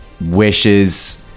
Wishes